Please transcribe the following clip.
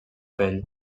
pell